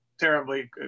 terribly